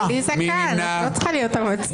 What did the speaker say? לא לפעמים היו פה טעויות.